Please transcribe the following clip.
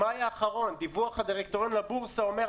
במאי האחרון דיווח הדירקטוריון לבורסה אומר: